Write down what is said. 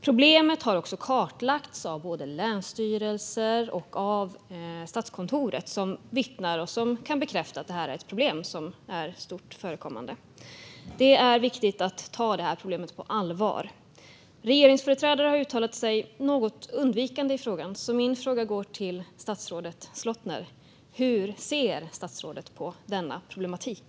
Både länsstyrelser och Statskontoret har vittnat om och kartlagt problemet och kan bekräfta att det är stort och vanligt förekommande. Det är viktigt att ta detta problem på allvar. Regeringsföreträdare har uttalat sig något undvikande i frågan. Min fråga går till statsrådet Slottner: Hur ser statsrådet på denna problematik?